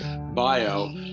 bio